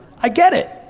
i get it.